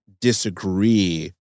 disagree